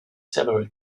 several